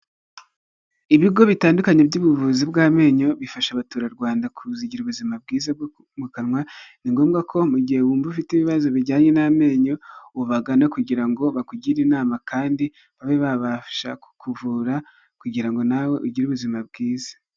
Ibigo bitandukanye by'ubuvuzi bw'amenyo bifasha abatura Rwanda kugira ubuzima bwiza bwo mu kanwa, ni ngombwa ko mu gihe wumva ufite ibibazo bijyanye n'amenyo ubagana kugira ngo bakugire inama kandi babe babasha kukuvura kugira ngo nawe ugire ubuzima bwiza.